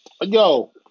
Yo